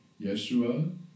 Yeshua